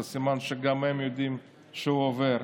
אז סימן שגם הם יודעים שהוא עובר.